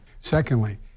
Secondly